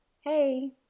hey